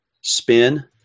spin